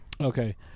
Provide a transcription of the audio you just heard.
Okay